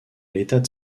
l’état